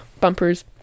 bumpers